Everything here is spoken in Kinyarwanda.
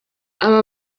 aba